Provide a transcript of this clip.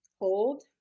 hold